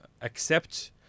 accept